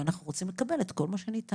ואנחנו רוצים לקבל את כל מה שניתן.